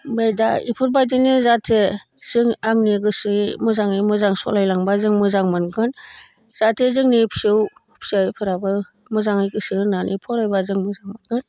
ओमफ्राय दा बेफोरबायदिनो जाहाथे जों आंनि गोसोयै मोजाङै मोजां सालाय लांबा जों मोजां मोनगोन जाहाथे जोंनि फिसौ फिसाफोराबो मोजाङै गोसो होनानै फरायबा जों मोजां मोनगोन